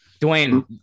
Dwayne